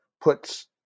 puts